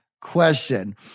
question